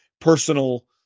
personal